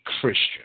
Christian